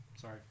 Sorry